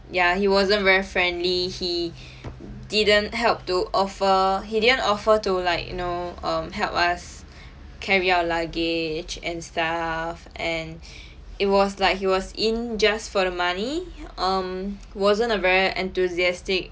ya he wasn't very friendly he didn't help to offer he didn't offer to like you know um help us carry our luggage and stuff and it was like he was in just for the money um wasn't a very enthusiastic